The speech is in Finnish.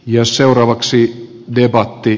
ja seuraavaksi debatti